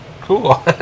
Cool